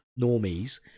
normies